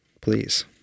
please